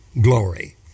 glory